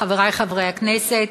חברי חברי הכנסת,